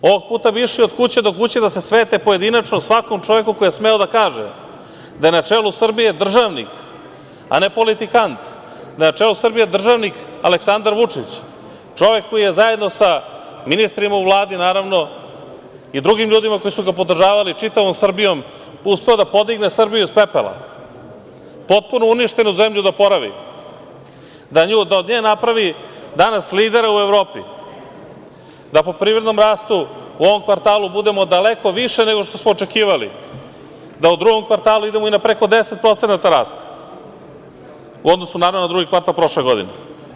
Ovog puta bi išli od kuće do kuće da se svete pojedinačno svakom čoveku koji je smeo da kaže da je na čelu Srbije državnik, a ne politikant, na čelu Srbije državnik Aleksandar Vučić, čovek koji je zajedno sa ministrima u Vladi, naravno, i drugim ljudima koji su ga podržavali, čitavom Srbijom, uspeo da podigne Srbiju iz pepela, potpuno uništenu zemlju da oporavi, da od nje napravi danas lidera u Evropi, da po privrednom rastu u ovom kvartalu budemo daleko više nego što smo očekivali, da u drugom kvartalu idemo i na preko 10% rasta u odnosu na drugi kvartal prošle godine.